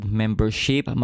membership